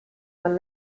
man